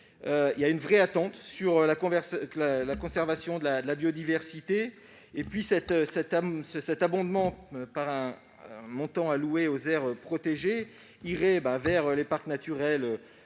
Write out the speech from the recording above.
Il y a une vraie attente sur la conservation de la biodiversité. Cet abondement par un montant alloué aux aires protégées irait vers les parcs naturels